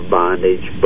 bondage